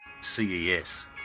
CES